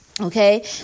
Okay